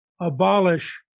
abolish